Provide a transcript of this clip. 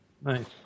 Nice